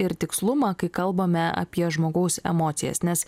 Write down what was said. ir tikslumą kai kalbame apie žmogaus emocijas nes